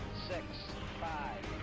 six five